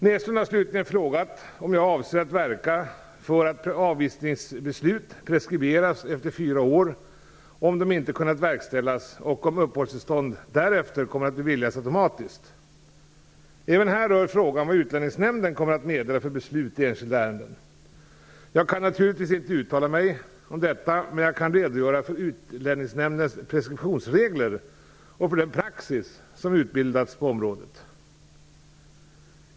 Näslund har slutligen frågat om jag avser att verka för att avvisningsbeslut preskriberas efter fyra år om de inte kunnat verkställas och om uppehållstillstånd därefter kommer att beviljas automatiskt. Även här rör frågan vad Utlänningsnämnden kommer att meddela för beslut i enskilda ärenden. Jag kan naturligtvis inte uttala mig om detta, men jag kan redogöra för utlänningslagens preskriptionsregler och för den praxis som har utbildats på området.